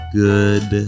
good